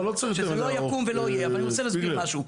זה לא יקום ולא יהיה, אבל אני רוצה להסביר משהו.